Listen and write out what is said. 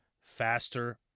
faster